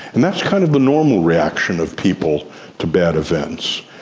and that's kind of the normal reaction of people to bad events.